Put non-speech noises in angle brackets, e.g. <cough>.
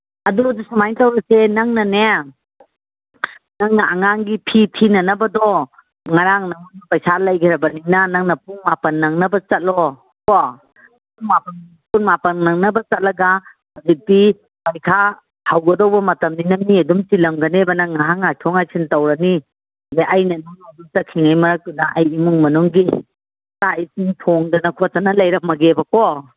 ꯑꯗꯨ ꯁꯨꯃꯥꯏꯅ ꯇꯧꯔꯁꯦ ꯅꯪꯅꯅꯦ ꯅꯪꯅ ꯑꯉꯥꯡꯒꯤ ꯐꯤ ꯊꯤꯅꯅꯕꯗꯣ ꯉꯔꯥꯡ ꯄꯩꯁꯥ ꯂꯩꯒ꯭ꯔꯕꯅꯤꯅ ꯅꯪꯅ ꯄꯨꯡ ꯃꯥꯄꯟ ꯅꯪꯅꯕ ꯆꯠꯂꯣꯀꯣ ꯄꯨꯡ ꯃꯥꯄꯟ ꯅꯪꯅꯕ ꯆꯠꯂꯒ ꯍꯧꯖꯤꯛꯇꯤ ꯄꯔꯤꯈꯥ ꯍꯧꯒꯗꯧꯕ ꯃꯇꯝꯅꯤꯅ ꯃꯤ ꯑꯗꯨꯝ ꯆꯤꯜꯂꯝꯒꯅꯦꯕ ꯅꯪ ꯉꯍꯥꯛ ꯉꯥꯏꯊꯣꯛ ꯉꯥꯏꯁꯤꯟ ꯇꯧꯔꯅꯤ ꯑꯗ ꯑꯩꯅ <unintelligible> ꯆꯠꯈꯤꯉꯩ ꯃꯔꯛꯇꯨꯗ ꯑꯩ ꯏꯃꯨꯡ ꯃꯅꯨꯡꯒꯤ ꯆꯥꯛ ꯏꯁꯤꯡ ꯊꯣꯡꯗꯅ ꯈꯣꯠꯇꯅ ꯂꯩꯔꯝꯃꯒꯦꯕꯀꯣ